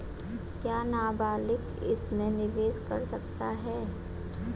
क्या नाबालिग इसमें निवेश कर सकता है?